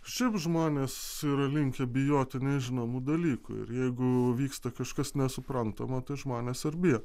šiaip žmonės yra linkę bijoti nežinomų dalykų ir jeigu vyksta kažkas nesuprantamo tai žmones ir bijo